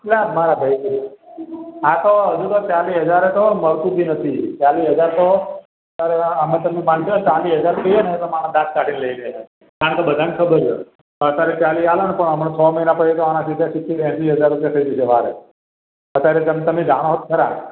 આ તો હજુ તો ચાળીસ હજારે તો મળતું બી નથી ચાલી હજાર તો અમે તમને વાત કરીએ આ ચાળીસ હજાર કહીએ તો માણસ દાંત કાઢીને લઈ જાય કારણ કે બધાને ખબર છે અત્યારે ચાલીસ આલે ને હમણાં છ મહિના પછી તો આના સીધા સિત્તેર એંસી હજાર રૂપિયા થઇ જશે વારે